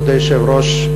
כבוד היושב-ראש,